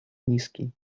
низкий